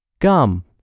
Gum